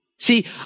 See